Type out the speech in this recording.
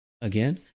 again